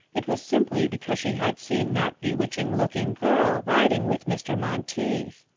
it was simply because she had seen that bewitching-looking girl riding with mr. monteith.